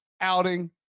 outing